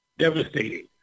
devastating